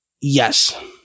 Yes